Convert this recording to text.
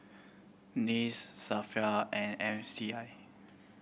SAFRA and M C I